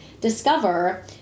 discover